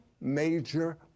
major